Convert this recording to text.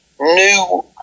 new